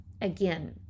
Again